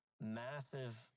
massive